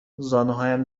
زانوهایم